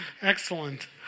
Excellent